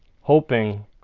hoping